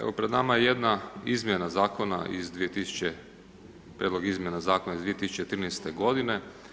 Evo pred nama je jedna izmjena zakona iz, Prijedlog izmjena zakona iz 2013. godine.